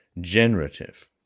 generative